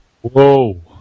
Whoa